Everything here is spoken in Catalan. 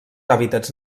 hàbitats